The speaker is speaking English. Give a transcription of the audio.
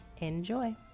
enjoy